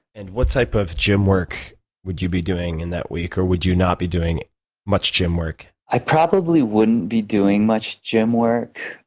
and what type of gym work would you be doing in that week? or would you not be doing much gym work? i probably wouldn't be doing much gym work.